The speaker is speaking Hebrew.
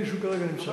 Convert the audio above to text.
כפי שהוא כרגע נמצא.